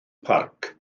parc